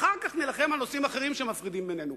אחר כך נילחם על נושאים אחרים שמפרידים בינינו,